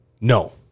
No